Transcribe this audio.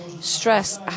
stress